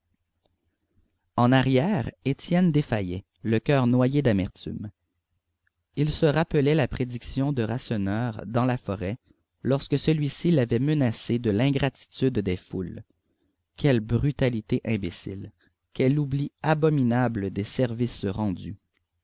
en arrière étienne défaillait le coeur noyé d'amertume il se rappelait la prédiction de rasseneur dans la forêt lorsque celui-ci l'avait menacé de l'ingratitude des foules quelle brutalité imbécile quel oubli abominable des services rendus